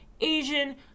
Asian